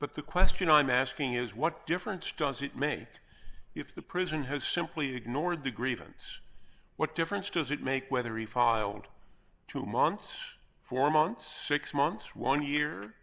but the question i'm asking is what difference does it make if the prison has simply ignored the grievance what difference does it make whether refile and two months four months six months one year